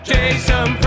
Jason